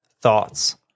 Thoughts